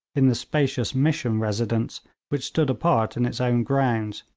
in the spacious mission residence which stood apart in its own grounds,